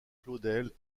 claudel